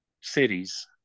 cities